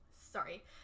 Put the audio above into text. Sorry